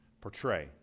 portray